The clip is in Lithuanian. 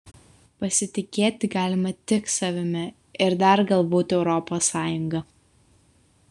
pasitikėti galime tik savimi ir dar galbūt europos sąjunga